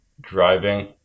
driving